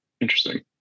interesting